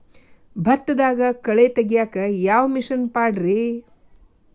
ಭತ್ತದಾಗ ಕಳೆ ತೆಗಿಯಾಕ ಯಾವ ಮಿಷನ್ ಪಾಡ್ರೇ?